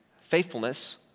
faithfulness